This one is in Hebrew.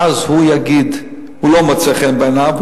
ואז הוא יגיד שזה לא מוצא חן בעיניו,